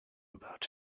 about